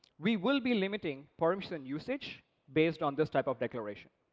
we will be limiting permission usage based on this type of declaration.